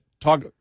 talk